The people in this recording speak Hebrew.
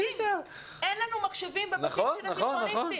אין לנו מחשבים בבתים של התיכוניסטים.